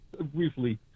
briefly